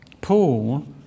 Paul